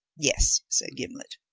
yes, said gimblet.